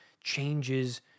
changes